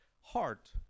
heart